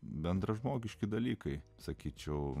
bendražmogiški dalykai sakyčiau